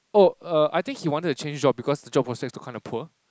oh err I think he wanted to change job because the job prospects was kind of poor